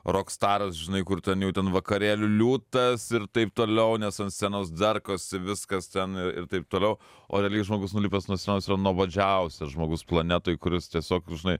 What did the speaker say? rokstaras žinai kur ten jau ten vakarėlių liūtas ir taip toliau nes an scenos darkosi viskas ten ir taip toliau o realiai žmogus nulipęs nuo scenos yra nuobodžiausias žmogus planetoj kuris tiesiog žinai